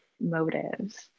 motives